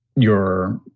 your